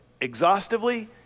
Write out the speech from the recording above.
exhaustively